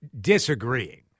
disagreeing